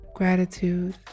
Gratitude